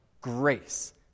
grace